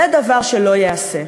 זה דבר שלא ייעשה.